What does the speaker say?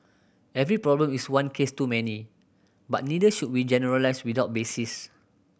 every problem is one case too many but neither should we generalise without basis